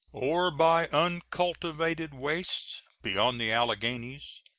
or by uncultivated wastes beyond the alleghanies,